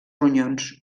ronyons